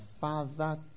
father